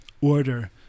order